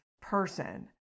person